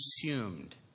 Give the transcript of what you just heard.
consumed